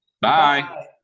Bye